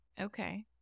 Okay